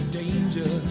danger